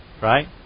right